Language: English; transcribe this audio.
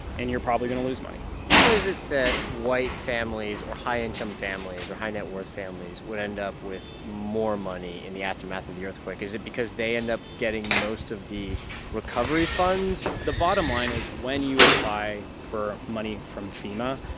and you're probably going to lose money how is it that white families or high-income families or high-net-worth families would end up with more money in the aftermath of the earthquake? is it because they end up getting most of the recovery funds? the bottom line is when you apply for money from fema,